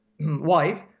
wife